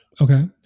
Okay